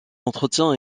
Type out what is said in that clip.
entretien